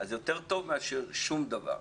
אז זה טוב יותר מאשר שום דבר.